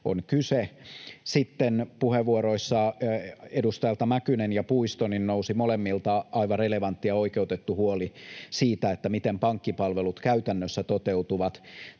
on kyse. Sitten puheenvuoroissa edustajilta Mäkynen ja Puisto, molemmilta, nousi aivan relevantti ja oikeutettu huoli siitä, miten pankkipalvelut käytännössä toteutuvat.